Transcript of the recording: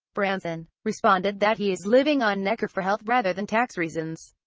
branson responded that he is living on necker for health rather than tax reasons.